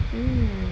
mm